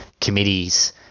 committees